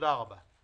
אנחנו בזמן קורונה.